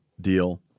deal